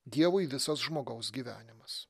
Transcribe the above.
dievui visas žmogaus gyvenimas